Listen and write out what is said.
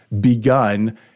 begun